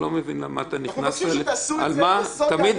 אני צמצמתי עכשיו את דבריה של תמי.